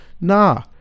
nah